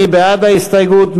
מי בעד ההסתייגות?